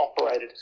operated